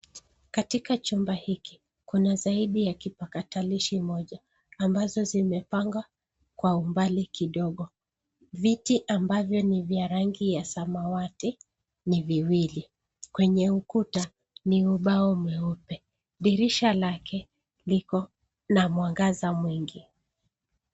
Katika chumba hiki kuna zaidi ya kipakatalishi moja ambazo zimepangwa kwa umbali kidogo. Viti ambavyo ni vya rangi ya samawati ni viwili. Kwenye ukuta ni ubao mweupe dirisha lake liko na mwangaza mwingi.